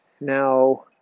now